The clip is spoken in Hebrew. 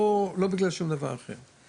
לא בגלל שום דבר אחר.